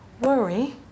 worry